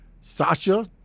Sasha